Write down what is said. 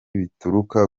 bituruka